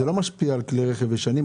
זה משפיע רק על כלי רכב חדשים?